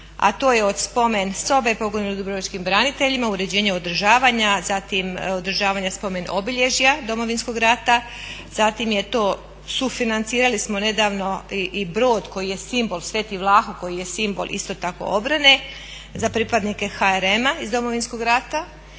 a to je od spomen sobe pokojnim dubrovačkim braniteljima, uređenje održavanja, zatim održavanja spomen obilježja Domovinskog rata, zatim je to sufinancirali smo nedavno i brod koji je simbol, Sveti Vlaho koji je simbol isto tako obrane za pripadnike HRM-a iz Domovinskog rata